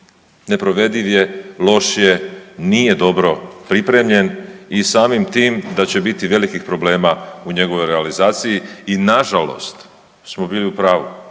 Neprovediv je, loš je nije dobro pripremljen i samim tim da će biti velikih problema u njegovoj realizaciji i nažalost smo bili u pravu.